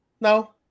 No